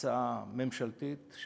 הצעה ממשלתית,